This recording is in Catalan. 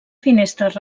finestres